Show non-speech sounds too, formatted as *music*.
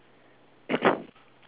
*breath*